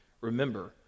Remember